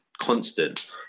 constant